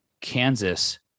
Kansas